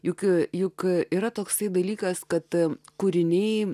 juk juk yra toksai dalykas kad kūriniai